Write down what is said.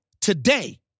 today